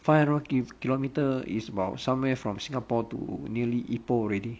five hundred kilometre is about somewhere from singapore to nearly ipoh already